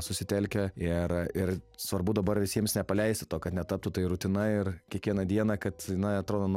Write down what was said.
susitelkę ir ir svarbu dabar visiems nepaleisti to kad netaptų tai rutina ir kiekvieną dieną kad na atrodo